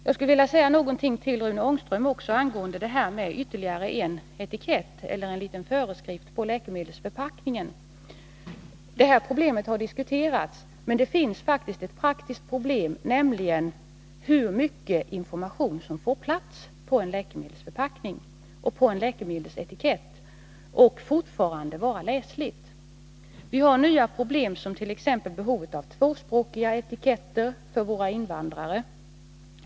Jag skulle också vilja säga ett par ord till Rune Ångström angående ytterligare föreskrifter på läkemedelsförpackningen. Detta har diskuterats, men det finns faktiskt ett praktiskt problem, nämligen frågan om hur mycket information som får plats och fortfarande kan vara läslig på en etikett och en läkemedelsförpackning. Vi har nya problem, t.ex. behovet av tvåspråkiga etiketter för våra invandrare.